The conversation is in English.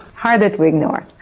harder to ignore.